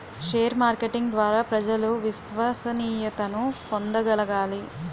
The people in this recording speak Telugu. షేర్ మార్కెటింగ్ ద్వారా ప్రజలు విశ్వసనీయతను పొందగలగాలి